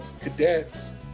cadets